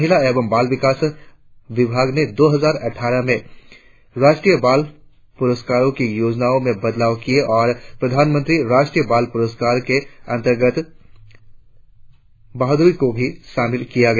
महिला और बाल विकास विभाग ने दो हजार अट्ठारह में राष्ट्रीय बाल पुरस्कारों की योजना में बदलाव किए और प्रधानमंत्री राष्ट्रीय बाल पुरस्कार के अमतर्गत बहादुरी को भी शामिल किया गया